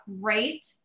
great